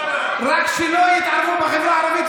רק שלא יתערבו בחברה הערבית,